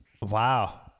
Wow